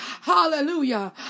Hallelujah